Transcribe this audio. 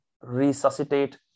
resuscitate